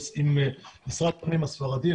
עם משרד הפנים הספרדי,